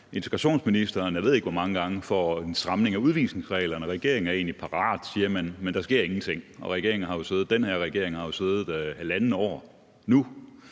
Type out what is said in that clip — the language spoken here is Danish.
integrationsministeren, jeg ved ikke, hvor mange gange i forhold til en stramning af udvisningsreglerne, og regeringen siger, at man egentlig er parat, men der sker ingenting, og den her regering har jo nu siddet i halvandet år. Så